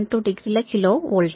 12 degree ల kilo volt